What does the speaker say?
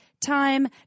Time